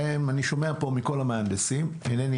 אני שומע כאן מכל המהנדסים אינני